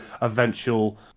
eventual